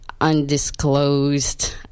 Undisclosed